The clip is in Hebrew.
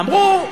אמרו,